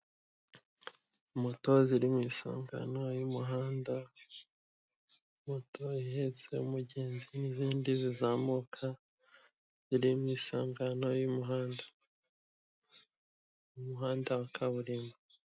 Moto ziri mu isangano y'umuhanda, moto ihetse umugenzi n'izindi zizamuka ziri mu isangano y'umuhanda, mu muhanda wa kaburimbo.